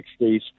60s